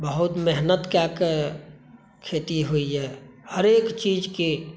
बहुत मेहनत कए कऽ खेती होइया हरेक चीज़के